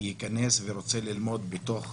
שייכנס ורוצה ללמוד בתוך